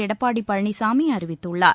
எடப்பாடி பழனிசாமி அறிவித்துள்ளார்